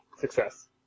Success